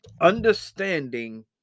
understanding